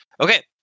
okay